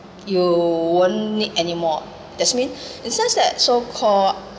you won't need anymore that means it's just that so called